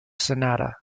sanada